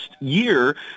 year